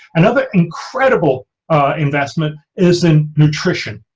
another incredible investment is in nutrition.